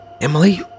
Emily